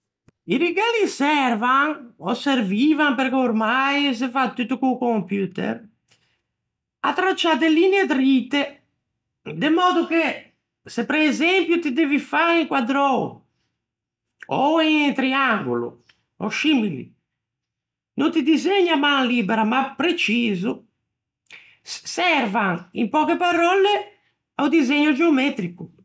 I righelli servan, ò servivan perché ormai se fa tutto co-o computer, à tracciâ de linie drite, de mòddo che se presempio ti devi fâ un quaddrou ò un triangolo, ò scimili, no ti disegni à man libera, ma preciso. Servan, in pöche paròlle, a-o disegno geometrico.